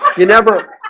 you never